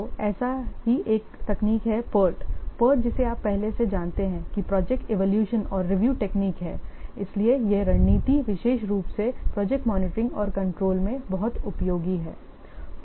तो ऐसी ही एक तकनीक है PERT PERT जिसे आप पहले से जानते हैं कि प्रोजेक्ट इवैल्यूएशन और रिव्यू टेक्निक है इसलिए यह रणनीति विशेष रूप से प्रोजेक्ट मॉनिटरिंग और कंट्रोल में बहुत उपयोगी है